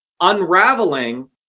unraveling